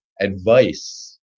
advice